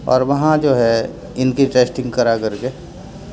اور وہاں جو ہے ان کی ٹیسٹنگ کرا کر کے